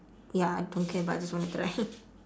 ya don't care but I just wanna try